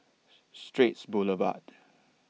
Straits Boulevard